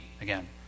again